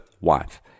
wife